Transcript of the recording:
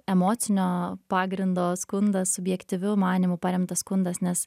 emocinio pagrindo skundas subjektyviu manymu paremtas skundas nes